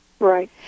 Right